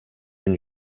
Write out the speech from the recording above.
bin